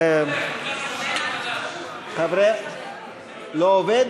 אדוני היושב-ראש, לא עובד?